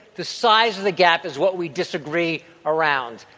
to size the gap is what we disagree around.